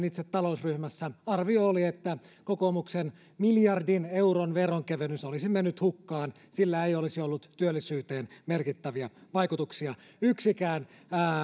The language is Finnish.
itse talousryhmässä ja arvio oli että kokoomuksen miljardin euron veronkevennys olisi mennyt hukkaan eikä sillä olisi ollut työllisyyteen merkittäviä vaikutuksia yksikään